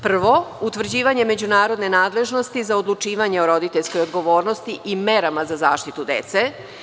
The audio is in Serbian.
Prvo, utvrđivanje međunarodne nadležnosti za odlučivanje o roditeljskoj odgovornosti i merama za zaštitu dece.